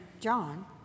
John